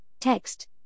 text